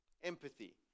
Empathy